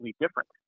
different